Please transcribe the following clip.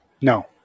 No